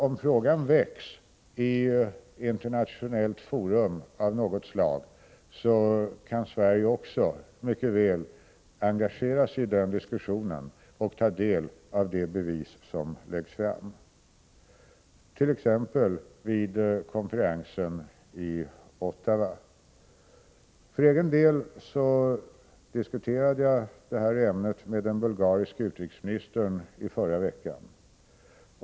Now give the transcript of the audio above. Om frågan väcks i internationellt forum av något slag, kan Sverige också mycket väl engagera sig i den diskussionen och ta del av de bevis som läggs fram t.ex. vid konferensen i Ottawa. För egen del diskuterade jag detta ämne med den bulgariske utrikesministern i förra veckan.